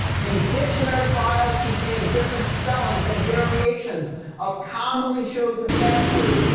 these dictionary files contain different spellings and variations of commonly chosen passwords,